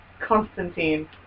Constantine